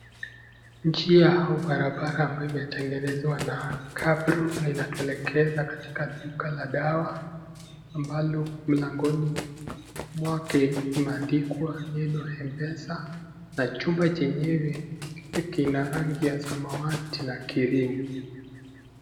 Njia au barabara ambayo imetengenezwa na cabro na inaelekeza katika duka la dawa ambalo mlangoni mwake imeandikwa neno MPesa na chumba chenyewe kina rangi ya samawati na cream